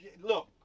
look